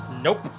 Nope